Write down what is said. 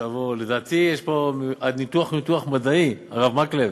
לדעתי, הניתוח הוא ניתוח מדעי, הרב מקלב.